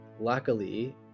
luckily